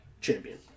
champion